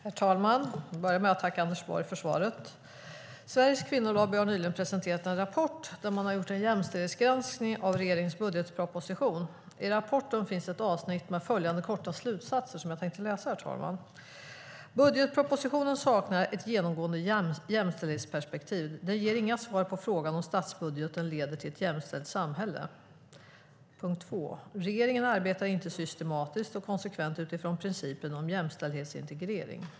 Herr talman! Jag vill börja med att tacka Anders Borg för svaret. Sveriges Kvinnolobby har nyligen presenterat en rapport där man har gjort en jämställdhetsgranskning av regeringens budgetproposition. I rapporten finns ett avsnitt med följande korta slutsatser: "Budgetpropositionen saknar ett genomgående jämställdhetsperspektiv. Den ger inga svar på frågan om statsbudgeten leder till ett jämställt samhälle. Regeringen arbetar inte systematiskt och konsekvent utifrån principen om jämställdhetsintegrering.